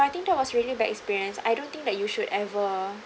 I think that was really bad experience I don't think that you should ever